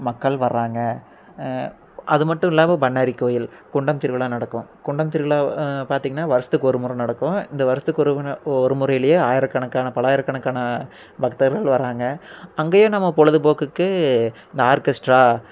மக்கள் வராங்க அது மட்டும் இல்லாமல் பண்ணாரி கோயில் குண்டம் திருவிழா நடக்கும் குண்டம் திருவிழா பார்த்திங்கன்னா வருஷத்துக்கு ஒரு முறை நடக்கும் இந்த வருஷத்துக்கு ஒரு முறை ஒரு முறையிலையே ஆயிரக்கணக்கான பலாயிரக்கணக்கான பக்தர்கள் வராங்க அங்கேயும் நம்ம பொழுது போக்குக்கு இந்த ஆர்கெஸ்ட்ரா